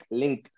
link